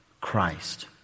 Christ